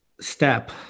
step